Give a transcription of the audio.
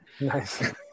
Nice